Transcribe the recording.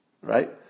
Right